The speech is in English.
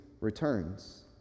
returns